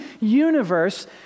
universe